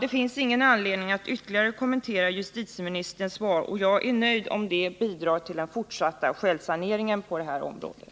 Det finns ingen anledning att ytterligare kommentera justitieministerns svar. Jag är nöjd, om detta bidrar till den fortsatta självsaneringen på det här området.